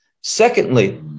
Secondly